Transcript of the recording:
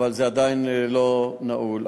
אבל זה עדיין לא נעול.